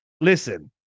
Listen